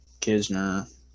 Kisner